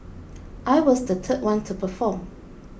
I was the third one to perform